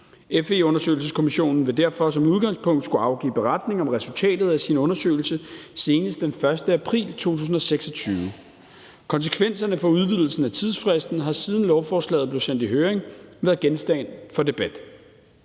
FE-undersøgelseskommissionen vil derfor som udgangspunkt skulle afgive beretning om resultatet af sin undersøgelse senest den 1. april 2026. Konsekvenserne af udvidelsen af tidsfristen har siden lovforslaget blev sendt i høring været genstand for debat.